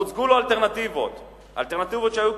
הוצגו לו אלטרנטיבות שהיו,